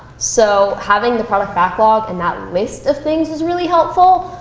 so having the product backlog and that list of things was really helpful.